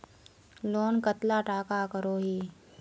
Loan कतला टाका करोही?